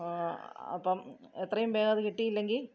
അപ്പോള് എത്രയും വേഗം അത് കിട്ടിയില്ലെങ്കില്